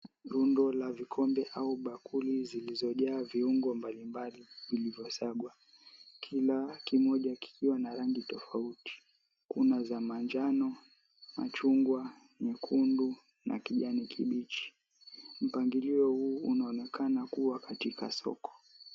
Rundo la vikombe au bakuli zilizojaa viungo mbalimbali vilivyosagwa kila kimoja kikiwa na rangi tofauti. Kuna za manjano, machungwa, nyekundu na kijani kibichi. Mpangilio huu unaonekana kuwa katika soko.